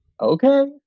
Okay